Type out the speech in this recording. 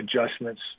adjustments